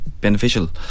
beneficial